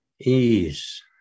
ease